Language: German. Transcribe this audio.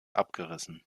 abgerissen